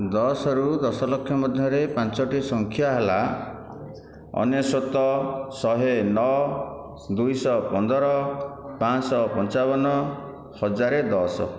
ଦଶରୁ ଦଶ ଲକ୍ଷ ମଧ୍ୟରେ ପାଞ୍ଚୋଟି ସଂଖ୍ୟା ହେଲା ଅନେଶତ ଶହେ ନଅ ଦୁଇଶହ ପନ୍ଦର ପାଞ୍ଚଶହ ପଞ୍ଚାବନ ହଜାର ଦଶ